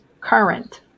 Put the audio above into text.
current